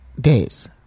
days